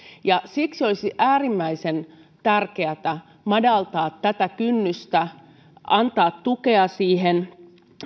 siksi olisi äärimmäisen tärkeätä madaltaa kynnystä antaa tukea siihen